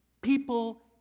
People